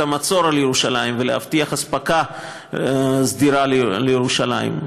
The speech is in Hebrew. המצור על ירושלים ולהבטיח אספקה סדירה לירושלים.